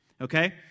Okay